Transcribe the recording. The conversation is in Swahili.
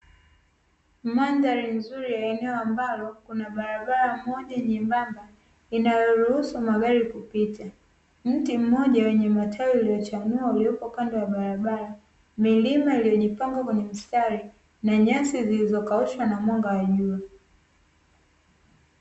Mandhari nzuri ya eneo ambalo kuna barabara moja nyembamba, inayoruhusu magari kupita, mti mmoja wenye matawi uliochanua uliopo kando ya barabara, milima iliyojipanga kwenye mstari, na nyasi zilizokaushwa na mwanga wa jua.